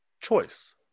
choice